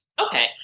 Okay